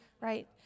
right